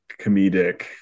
comedic